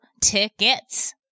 tickets